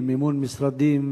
ומימון משרדים,